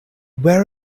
where